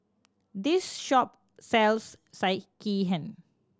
this shop sells Sekihan